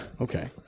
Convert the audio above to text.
okay